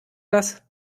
das